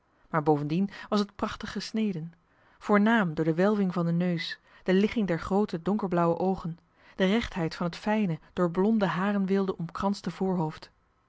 maar bovendien was het prachtig gesneden voornaam door de welving van den neus de ligging der groote donkerblauwe oogen de rechtheid van het fijne door blonde harenweelde omkranste voorhoofd